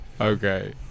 Okay